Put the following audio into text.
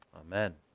amen